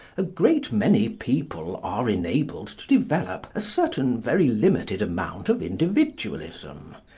a great many people are enabled to develop a certain very limited amount of individualism.